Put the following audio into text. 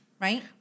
right